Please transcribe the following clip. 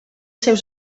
seus